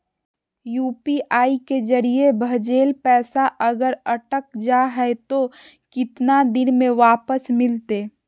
UPI के जरिए भजेल पैसा अगर अटक जा है तो कितना दिन में वापस मिलते?